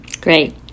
great